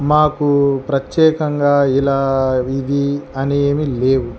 మాకు ప్రత్యేకంగా ఇలా ఇది అనేమి లేవు